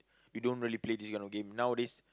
we don't really play this kind of game nowadays